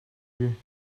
you